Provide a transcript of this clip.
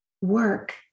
work